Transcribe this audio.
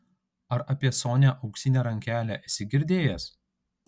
ar apie sonią auksinę rankelę esi girdėjęs